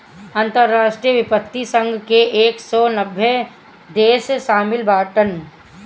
अंतरराष्ट्रीय वित्तीय संघ मे एक सौ नब्बे देस शामिल बाटन